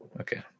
Okay